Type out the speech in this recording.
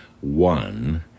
one